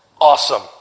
awesome